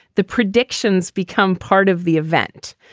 the predictions become part of the event.